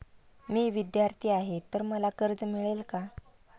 मी विद्यार्थी आहे तर मला कर्ज मिळेल का?